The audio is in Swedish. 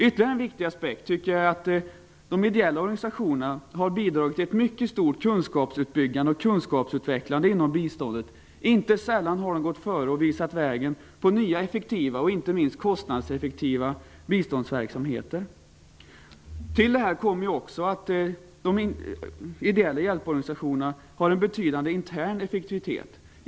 Ytterligare en viktig aspekt är att de ideella organisationerna har bidragit till ett mycket stort kunskapsuppbyggande och kunskapsutvecklande inom biståndet. Inte sällan har de gått före och visat vägen när det gäller nya effektiva, och inte minst kostnadseffektiva, biståndsverksamheter. Till detta kommer också att de ideella hjälporganisationerna har en betydande intern effektivitet.